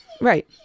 Right